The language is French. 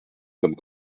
comme